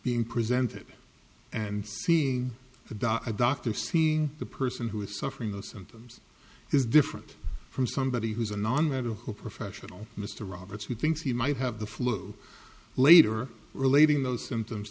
being presented and seeing the doc a doctor seeing the person who is suffering the symptoms is different from somebody who's a non medical professional mr roberts who thinks he might have the flu later relating those symptoms